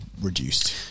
reduced